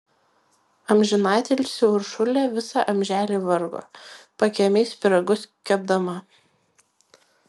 amžinatilsį uršulė visą amželį vargo pakiemiais pyragus kepdama